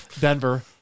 Denver